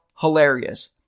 hilarious